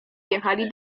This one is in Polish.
jechali